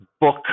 book